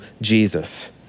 Jesus